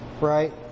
right